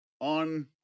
on